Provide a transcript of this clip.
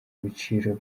ibiciro